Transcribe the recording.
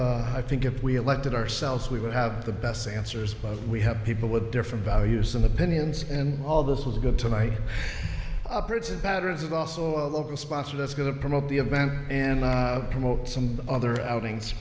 if i think if we elected ourselves we would have the best answers but we have people with different values some opinions and all this was good tonight upwards of patterns of also a local sponsor that's going to promote the event and promote some other outings